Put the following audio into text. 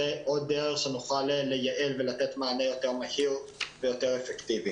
זו עוד דרך שנוכל לייעל ולתת מענה יותר מהיר ויותר אפקטיבי.